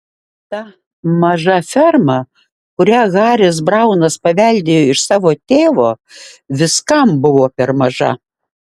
ta maža ferma kurią haris braunas paveldėjo iš savo tėvo viskam buvo per maža